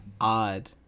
odd